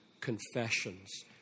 Confessions